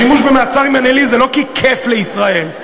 השימוש במעצר מינהלי זה לא כי כיף לישראל,